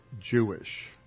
Jewish